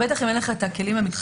בטח אם אין לך את הכלים המקצועיים.